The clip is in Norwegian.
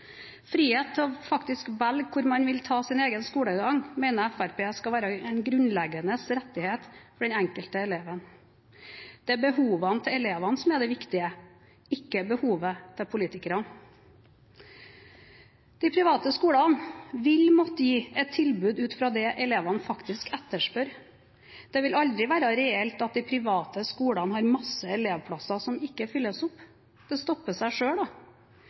Frihet til å velge hvor man vil ha sin egen skolegang, mener Fremskrittspartiet skal være en grunnleggende rettighet for den enkelte eleven. Det er behovene til elevene som er det viktige, ikke behovene til politikerne. De private skolene vil måtte gi et tilbud ut fra det elevene faktisk etterspør. Det vil aldri være reelt at de private skolene har masse elevplasser som ikke fylles opp. Det stopper seg